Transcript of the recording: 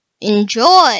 enjoy